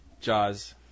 Jaws